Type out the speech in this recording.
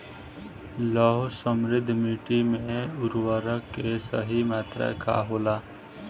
लौह समृद्ध मिट्टी में उर्वरक के सही मात्रा का होला?